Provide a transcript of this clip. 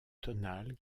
tonale